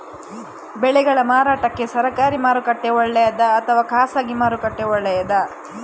ಬೆಳೆಗಳ ಮಾರಾಟಕ್ಕೆ ಸರಕಾರಿ ಮಾರುಕಟ್ಟೆ ಒಳ್ಳೆಯದಾ ಅಥವಾ ಖಾಸಗಿ ಮಾರುಕಟ್ಟೆ ಒಳ್ಳೆಯದಾ